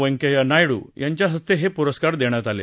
व्यंकय्या नायडू यांच्या हस्ते हे पुरस्कार देण्यात आले